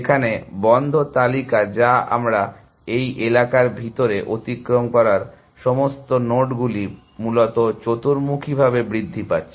যেখানে বন্ধ তালিকা যা আমরা এই এলাকার ভিতরে অতিক্রম করা সমস্ত নোডগুলি মূলত চতুর্মুখীভাবে বৃদ্ধি পাচ্ছে